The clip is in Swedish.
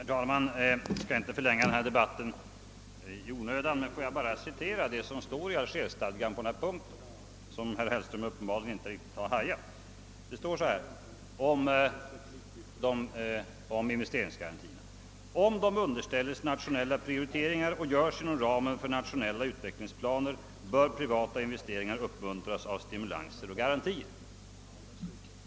Herr talman! Jag skall inte förlänga denna debatt i onödan, men jag ber att få läsa upp vad som står i Algerstadgan på den här punkten; herr Hellström har uppenbarligen inte riktigt förstått det. Där sägs om investeringsgarantierna: Om de underställs nationella prioriteringar och görs inom ramen för nationella utvecklingsplaner bör privata investeringar uppmuntras av stimulanser och garantier.